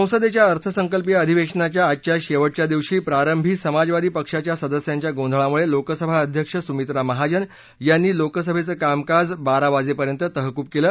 संसदेच्या अर्थसंकल्पीय अधिवेशनाच्या आजच्या शेवटच्या दिवशी प्रारंभी समाजवादी पक्षाच्या सदस्यांच्या गोंधळामुळे लोकसभा अध्यक्ष सुमित्रा महाजन यांनी लोकसभेचं कामकाज बारा वाजेपर्यंत तहकूब केलं